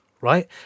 right